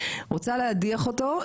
רוצה להדיח אותו,